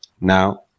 Now